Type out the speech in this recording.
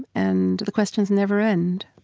and the questions never end.